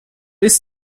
ist